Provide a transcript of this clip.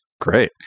great